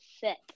set